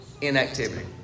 inactivity